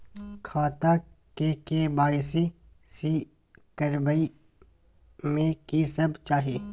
खाता के के.वाई.सी करबै में की सब चाही?